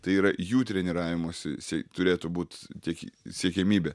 tai yra jų treniravimosi sie turėtų būt tik siekiamybė